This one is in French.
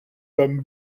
comme